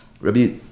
Rabbi